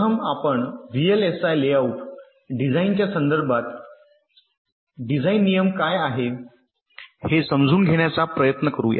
प्रथम आपण VLSI layout डिझाइनच्या संदर्भात डिझाइन नियम काय आहे हे समजून घेण्याचा प्रयत्न करूया